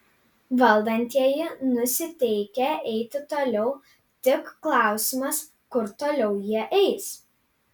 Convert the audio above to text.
valdantieji nusiteikę eiti toliau tik klausimas kur toliau jie eis